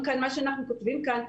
מה שאנחנו כותבים כאן,